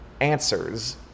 answers